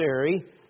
necessary